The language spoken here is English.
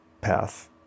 path